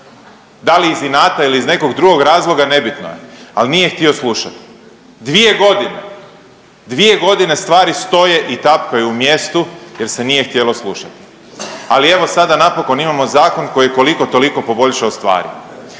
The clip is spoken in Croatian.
da li iz inata ili iz nekog drugog razloga nebitno je, ali nije htio slušati. Dvije godine, dvije godine stvari stoje i tapkaju u mjestu jer se nije htjelo slušati. Ali evo sada napokon imamo zakon koji je koliko toliko poboljšao stvari.